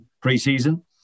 pre-season